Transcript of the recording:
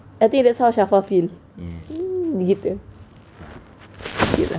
I think that's how shafah feel gitu cute lah